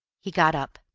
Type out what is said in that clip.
he got up,